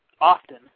often